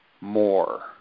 more